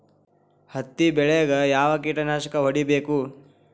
ಹತ್ತಿ ಬೆಳೇಗ್ ಯಾವ್ ಕೇಟನಾಶಕ ಹೋಡಿಬೇಕು?